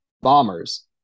Bombers